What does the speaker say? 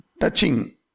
touching